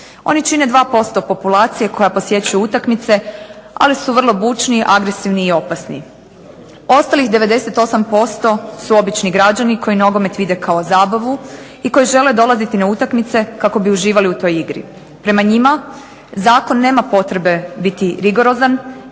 Oni čine 2% populacije koja posjećuje utakmice, ali su vrlo bučni, agresivni i opasni. Ostalih 98% su obični građani koji nogomet vide kao zabavu, i koji žele dolaziti na utakmice kako bi uživali u toj igri. Prema njima zakon nema potrebe biti rigorozan,